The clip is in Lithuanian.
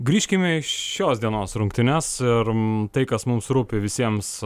grįžkime į šios dienos rungtynes ir tai kas mums rūpi visiems